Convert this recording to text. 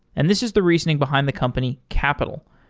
and this is the reasoning behind the company capital,